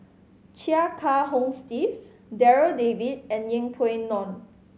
Chia Kiah Hong Steve Darryl David and Yeng Pway Ngon